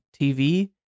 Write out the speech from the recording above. TV